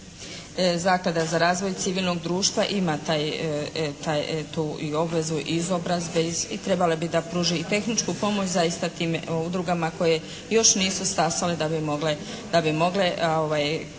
Zaklada za razvoj civilnog društva ima tu obvezu izobrazbe i trebala bi da pruži i tehničku pomoć zaista tim udrugama koje još nisu …/Govornica se ne razumije./…